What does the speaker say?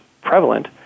prevalent